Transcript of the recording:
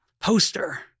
poster